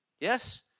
Yes